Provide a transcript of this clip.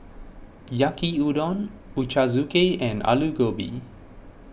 Yaki Udon Ochazuke and Alu Gobi